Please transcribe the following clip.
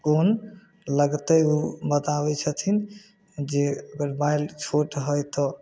कोन लगतै ओ बताबै छथिन जे ओकर बाइल छोट हइ तऽ